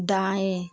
दाएँ